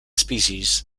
species